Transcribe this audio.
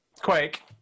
Quake